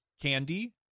Candy